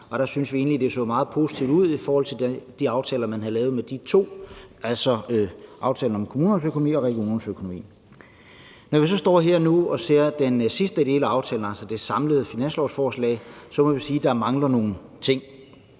og der syntes vi egentlig, det så meget positivt ud i forhold til de aftaler, man havde med dem, altså aftalen om kommunernes økonomi og regionernes økonomi. Når vi så står her nu og ser på den sidste del af aftalen, altså det samlede finanslovsforslag, må vi sige, at der mangler nogle ting.